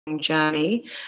journey